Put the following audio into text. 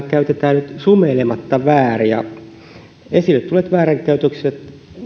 käytetään nyt sumeilematta väärin esille tulleet väärinkäytökset